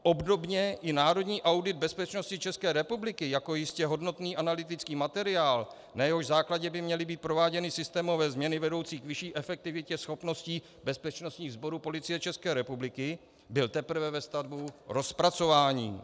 Obdobně i národní audit bezpečnosti České republiky jako jistě hodnotný analytický materiál, na jehož základě by měly být prováděny systémové změny vedoucí k vyšší efektivitě schopností bezpečnostních sborů Policie České republiky, byl teprve ve stavu rozpracování.